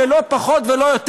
לא פחות ולא יותר,